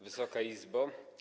Wysoka Izbo!